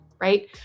right